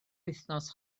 wythnos